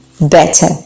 better